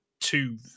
two